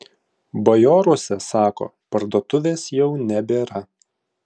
bajoruose sako parduotuvės jau nebėra